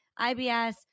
IBS